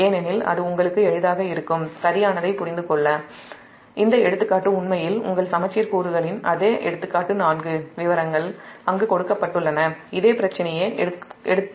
ஏனெனில் அது சரியானதைப் புரிந்து கொள்ள உங்களுக்கு எளிதாக இருக்கும்